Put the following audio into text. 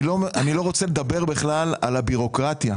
אני לא רוצה לדבר בכלל על הבירוקרטיה,